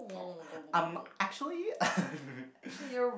oh um actually